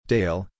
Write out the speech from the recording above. Dale